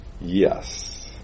Yes